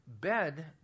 bed